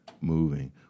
moving